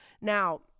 Now